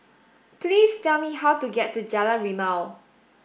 please tell me how to get to Jalan Rimau